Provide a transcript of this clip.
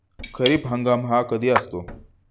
खरीप हंगाम हा कधी असतो?